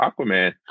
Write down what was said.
Aquaman